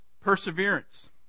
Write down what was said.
Perseverance